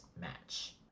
match